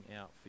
out